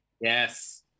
Yes